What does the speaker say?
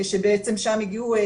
שבעצם שם הגיעו,